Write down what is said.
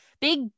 big